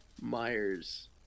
Myers